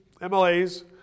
MLAs